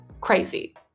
crazy